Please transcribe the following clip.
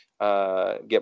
Get